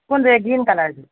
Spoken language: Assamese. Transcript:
কোনযোৰ এই গ্ৰীণ কালাৰযোৰ